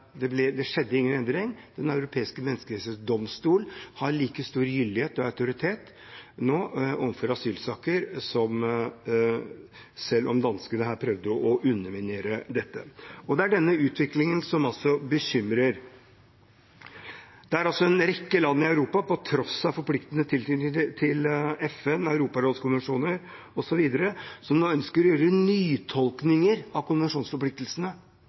det skjedde ingen endring. Den europeiske menneskerettsdomstol har like stor gyldighet og autoritet i asylsaker nå, selv om danskene prøvde å underminere dette. Det er denne utviklingen som bekymrer. Det er en rekke land i Europa som – på tross av forpliktende tilknytning til FN, europarådskonvensjoner osv. – nå ønsker å gjøre nytolkninger av konvensjonsforpliktelsene,